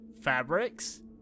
fabrics